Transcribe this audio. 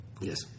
yes